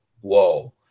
whoa